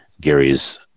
Gary's